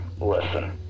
Listen